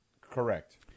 Correct